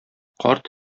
карт